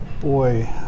boy